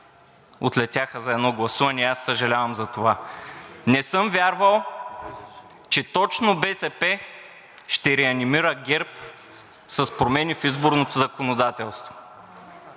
отлетяха за едно гласуване и аз съжалявам за това. Не съм вярвал, че точно БСП ще реанимира ГЕРБ с промени в изборното законодателство.